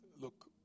Look